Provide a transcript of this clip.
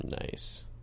nice